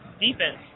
defense